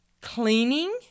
cleaning